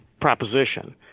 proposition